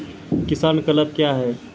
किसान क्लब क्या हैं?